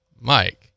Mike